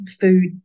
food